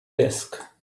disk